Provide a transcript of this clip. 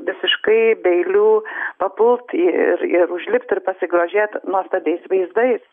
visiškai be eilių papult ir ir užlipt ir pasigrožėt nuostabiais vaizdais